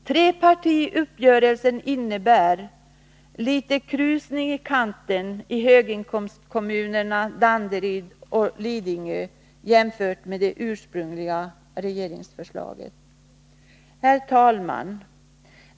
Trepartiuppgörelsen innebär för höginkomsttagarkommunerna Danderyd och Lidingö en liten krusning på ytan jämfört med de ursprungliga verkningarna av regeringsförslaget. Herr talman!